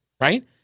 Right